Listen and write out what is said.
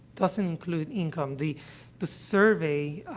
doesn't include income. the the survey,